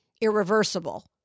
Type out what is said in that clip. irreversible